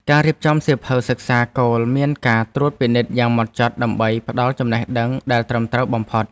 ការរៀបចំសៀវភៅសិក្សាគោលមានការត្រួតពិនិត្យយ៉ាងហ្មត់ចត់ដើម្បីផ្តល់ចំណេះដឹងដែលត្រឹមត្រូវបំផុត។